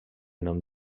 nom